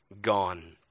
gone